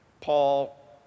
Paul